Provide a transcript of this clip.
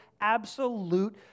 absolute